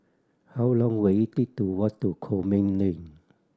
how long will it take to walk to Coleman Lane